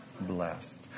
blessed